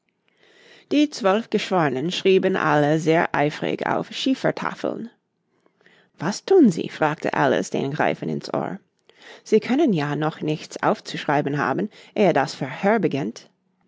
die zwölf geschwornen schrieben alle sehr eifrig auf schiefertafeln was thun sie fragte alice den greifen in's ohr sie können ja noch nichts aufzuschreiben haben ehe das verhör beginnt